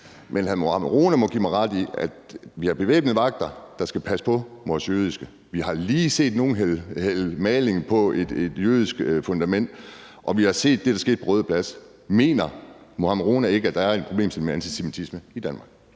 men hr. Mohammad Rona må give mig ret i, at vi har bevæbnede vagter, der skal passe på vores jødiske. Vi har lige set nogen hælde maling på en jødisk mindesten, og vi har set det, der skete på Den Røde Plads på Nørrebro. Mener Mohammad Rona ikke, at der er et problem med antisemitisme i Danmark?